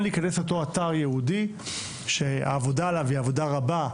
להיכנס לאותו אתר ייעודי שהעבודה עליו היא עבודה רבה,